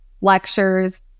lectures